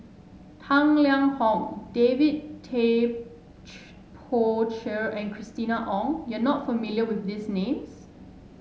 Tang Liang Hong David Tay Poey Cher and Christina Ong you are not familiar with these names